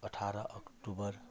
अठाह्र अक्टुबर